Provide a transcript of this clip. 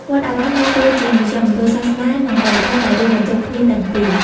វត្តអារាម ដើរតួជាមជ្ឈមណ្ឌលសាសនានិងវប្បធម៌ដែលរួមបញ្ចូលគ្នាទាំងពីរ។